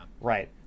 Right